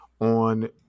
on